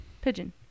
Pigeon